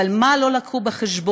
אבל מה לא הביאו בחשבון?